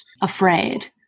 afraid